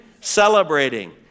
celebrating